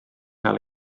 cael